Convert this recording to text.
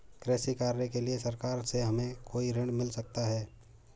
कृषि कार्य के लिए सरकार से हमें कोई ऋण मिल सकता है?